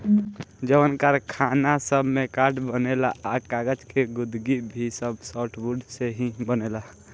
जवन कारखाना सब में कार्ड बनेला आ कागज़ के गुदगी भी सब सॉफ्टवुड से ही बनेला